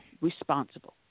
responsible